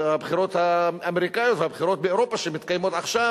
הבחירות האמריקניות והבחירות באירופה שמתקיימות עכשיו,